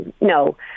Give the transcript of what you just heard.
No